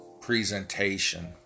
presentation